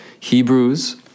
Hebrews